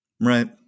Right